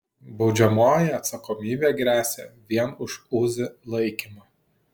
baudžiamoji atsakomybė gresia vien už uzi laikymą